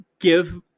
give